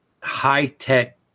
high-tech